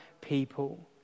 people